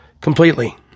completely